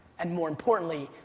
and more importantly,